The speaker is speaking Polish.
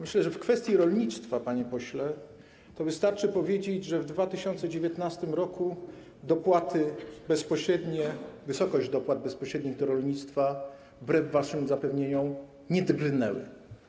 Myślę, że w kwestii rolnictwa, panie pośle, wystarczy powiedzieć, że w 2019 r. dopłaty bezpośrednie - wysokość dopłat bezpośrednich do rolnictwa - wbrew waszym zapewnieniom nie drgnęły.